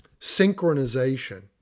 synchronization